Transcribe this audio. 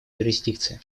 юрисдикции